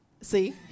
See